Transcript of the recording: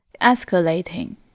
escalating